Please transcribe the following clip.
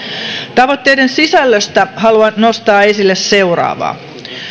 tavoitteiden sisällöstä haluan nostaa esille seuraavaa